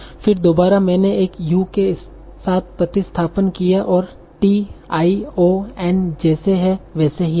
फिर दोबारा मैंने एक U के साथ प्रतिस्थापन किया और T I O N जैसे है वैसे ही रहे